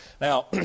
Now